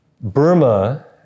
Burma